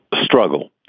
struggle